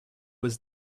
was